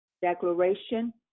declaration